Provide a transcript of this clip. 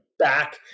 Back